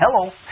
Hello